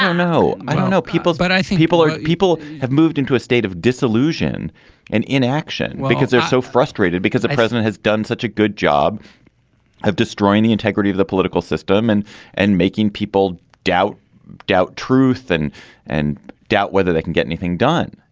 um no i don't know people but i think people are. people have moved into a state of disillusion and inaction because they're so frustrated because the president has done such a good job of destroying the integrity of the political system and and making people doubt doubt truth and and doubt whether they can get anything done.